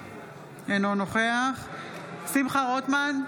אינו נוכח שמחה רוטמן,